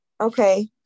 Okay